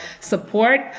support